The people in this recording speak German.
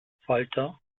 falter